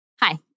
Hi